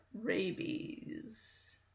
rabies